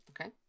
okay